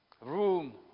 room